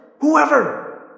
Whoever